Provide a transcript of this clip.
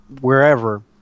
wherever